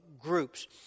groups